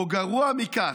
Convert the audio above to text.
/ או גרוע מכך,